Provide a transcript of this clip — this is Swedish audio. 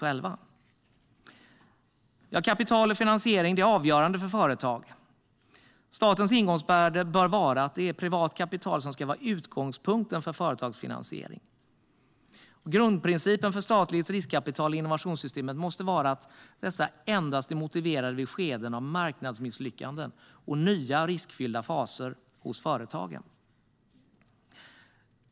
Ja, kapital och finansiering är avgörande för företag. Statens ingångsvärde bör vara att det är privat kapital som ska vara utgångspunkten för företagsfinansiering. Grundprincipen för statligt riskkapital i innovationssystemet måste vara att det är motiverat endast vid skeden av marknadsmisslyckanden och riskfyllda nya faser för företag.